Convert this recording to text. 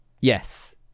yes